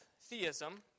theism